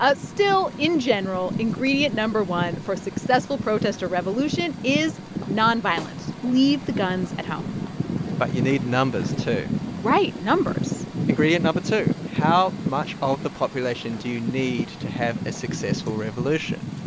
ah still, in general, ingredient no. one for successful protest or revolution is nonviolence. leave the guns at home but you need numbers, too right numbers ingredient no. but two how much of the population do you need to have a successful revolution?